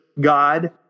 God